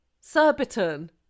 surbiton